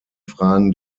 fragen